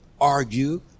argue